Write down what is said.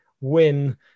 win